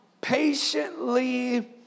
patiently